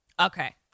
Okay